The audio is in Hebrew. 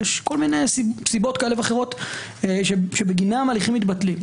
יש סיבות כאלה ואחרות שבגינן הליכים מתבטלים.